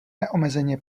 neomezeně